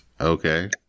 Okay